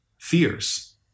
fears